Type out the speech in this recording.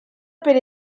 per